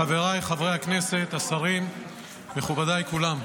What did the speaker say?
חבריי חברי הכנסת, השרים, מכובדיי כולם,